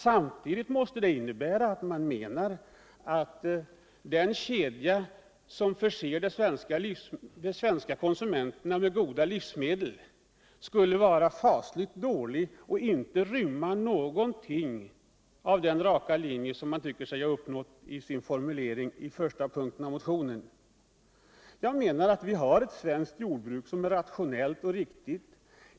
Samtidigt måste det innebära att man menar att den kedja som förser de svenska konsumenterna med goda livsmedel skulle vara fasligt dålig och inte rymma någonting av den raka linje som man tycker sig ha uppnått i första yrkandet i motionen. Jag menar alt vi har ett svenskt jordbruk, som är rationellt och riktigt.